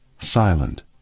silent